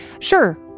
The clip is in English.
Sure